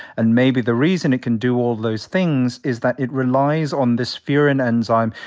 and maybe the reason it can do all those things is that it relies on this furin enzyme,